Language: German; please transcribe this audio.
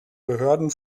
behörden